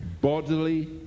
Bodily